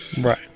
Right